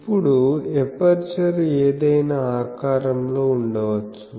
ఇప్పుడు ఎపర్చరు ఏదైనా ఆకారంలో ఉండవచ్చు